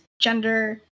gender